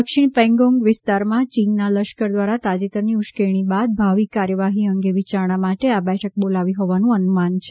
દક્ષિણ પેંગોંગ વિસ્તારમાં યીનના લશ્કર દ્વારા તાજેતરની ઉશ્કેરણી બાદ ભાવિ કાર્યવાહી અંગે વિચારણા માટે આ બેઠક બોલાવી હોવાનું અનુમાન છે